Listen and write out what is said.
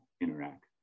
interact